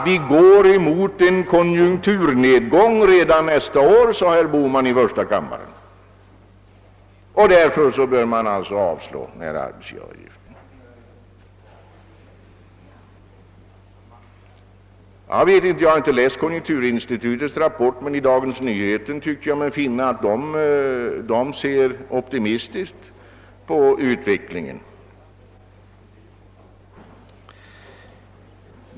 Vi går emot en konjunkturnedgång redan nästa år, sade herr Bohman i första kammaren, och därför bör man inte höja arbetsgivaravgiften. Jag har inte läst konjunkturinstitutets rapport men i Dagens Nyheter tyckte jag mig finna att institutet ser optimistiskt på utvecklingen.